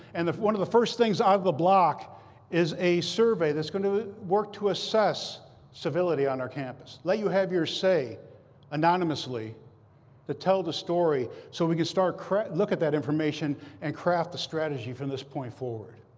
and one of the first things out of the block is a survey that's going to work to assess civility on our campus, let you have your say anonymously to tell the story so we can start to look at that information and craft the strategy from this point forward.